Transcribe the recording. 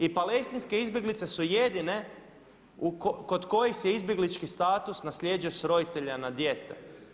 I palestinske izbjeglice su jedine kod kojih se izbjeglički status nasljeđuje s roditelja na dijete.